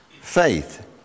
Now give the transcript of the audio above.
faith